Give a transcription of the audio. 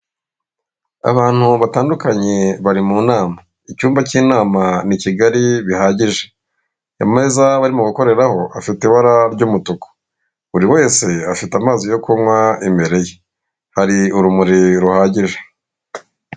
Abantu batandukanye bari mu nama icyumba cy'inama ni kigari bihagije ameza arimo gukoreraho afite ibara ry'umutuku buri wese afite amazi yo kunywa imbere ye hari urumuri ruhagije .